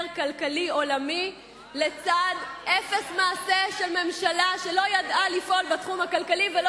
כלכלי עולמי לצד אפס מעשה של ממשלה שלא ידעה לפעול בתחום הכלכלי ולא